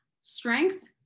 Strength